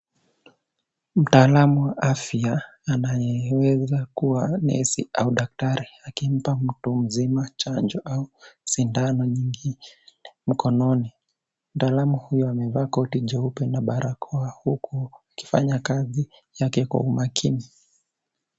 Mtalaamu wa afya anayeweza kuwa nesi au daktari akimpa mtu mzima chanjo au sindano nyingine mkononi. Mtalaamu huyo amevaa koti jeupe na barakoa huku akifanya kazi yake kwa umakini.